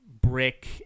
brick